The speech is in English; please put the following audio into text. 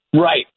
Right